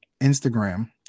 instagram